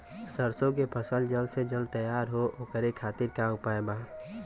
सरसो के फसल जल्द से जल्द तैयार हो ओकरे खातीर का उपाय बा?